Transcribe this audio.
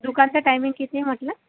दुकानचा timing किती म्हटलं